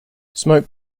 smoke